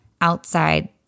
outside